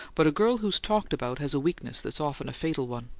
but a girl who's talked about has a weakness that's often a fatal one.